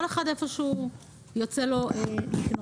על אחד איפה שיוצא לו לקנות.